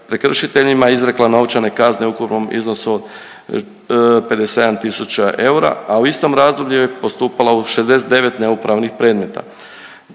prekršiteljima izrekla novčane kazne u ukupnom iznosu 57 tisuća eura, a u istom razdoblju je postupala u 69 neupravnih predmeta.